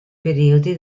periodi